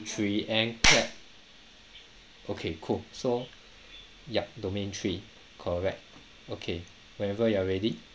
three and clap okay cool so ya domain three correct okay whenever you are ready